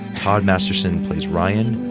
todd masterson plays ryan.